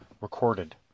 recorded